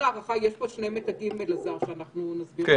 יש פה שני מדדים, אלעזר, שאנחנו נסביר בהמשך.